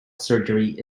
surgery